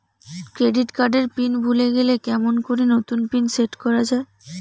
Credit card এর PIN ভুলে গেলে কেমন করি নতুন পিন সেট করা য়ায়?